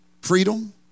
freedom